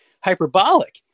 hyperbolic